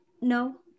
no